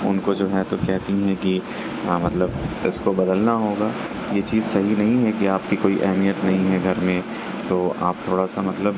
ان کو جو ہے تو کہتی ہیں کہ مطلب اس کو بدلنا ہوگا یہ چیز صحیح نہیں ہے کہ آپ کی کوئی اہمیت نہیں ہے گھر میں تو آپ تھوڑا سا مطلب